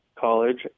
college